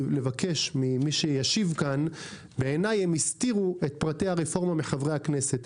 מי שישיב כאן הסתיר את פרטי הרפורמה מחברי הכנסת,